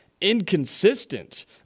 inconsistent